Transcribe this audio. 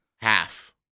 Half